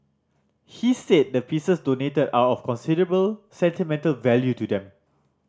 he said the pieces donated are of considerable sentimental value to them